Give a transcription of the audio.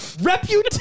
Reputation